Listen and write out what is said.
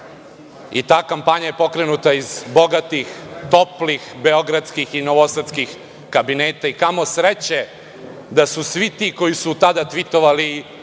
i ta kampanja je pokrenuta iz bogatih toplih beogradskih i novosadskih kabineta i kamo sreće da su svi ti koji su tada tvitovali,